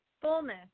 fullness